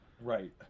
right